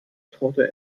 torte